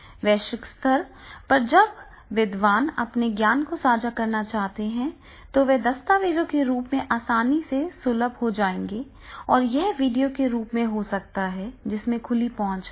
वैश्विक स्तर पर जब विद्वान अपने ज्ञान को साझा करना चाहते हैं तो वे दस्तावेजों के रूप में आसानी से सुलभ हो जाएंगे या यह वीडियो के रूप में हो सकता है जिसमें खुली पहुंच होगी